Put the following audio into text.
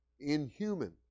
inhuman